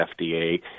FDA